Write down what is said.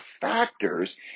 factors